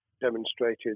demonstrated